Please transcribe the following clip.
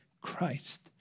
Christ